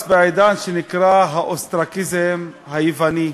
בעידן שנקרא האוסטרקיזם היווני,